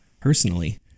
Personally